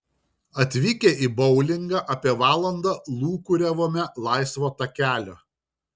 atvykę į boulingą apie valandą lūkuriavome laisvo takelio